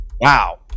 wow